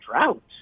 drought